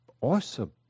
awesome